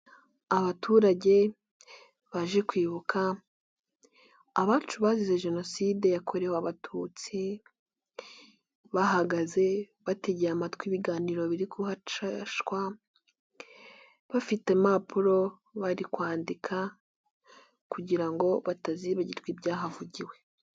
Abaturage baje kwibuka, abacu bazize Jenoside yakorewe abatutsi, bahagaze bategeye amatwi ibiganiro biri hacishwa, bafite impapuro, bari kwandika kugira ngo batazibagirwa ibyahavugiwe.